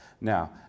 Now